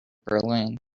berlin